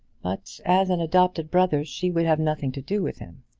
but as an adopted brother she would have nothing to do with him.